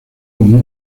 como